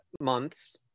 months